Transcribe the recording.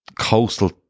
coastal